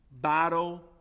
battle